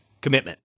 commitment